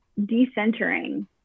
decentering